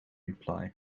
reply